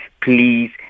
Please